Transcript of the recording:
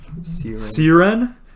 Siren